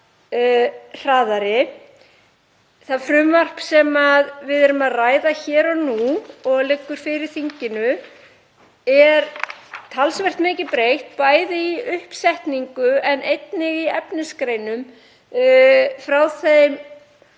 Það frumvarp sem við erum að ræða hér og nú og liggur fyrir þinginu er talsvert mikið breytt, bæði í uppsetningu en einnig í efnisgreinum, frá þeim